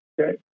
okay